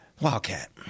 Wildcat